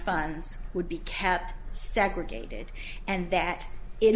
funds would be kept segregated and that i